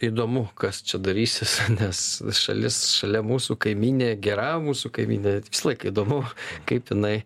įdomu kas čia darysis nes šalis šalia mūsų kaimynė gera mūsų kaimynė visą laiką įdomu kaip jinai